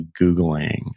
Googling